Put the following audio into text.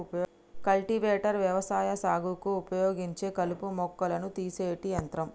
cultivator వ్యవసాయ సాగుకు ఉపయోగించే కలుపు మొక్కలను తీసేటి యంత్రం